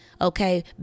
Okay